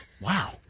wow